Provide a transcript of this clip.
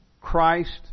Christ